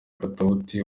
katauti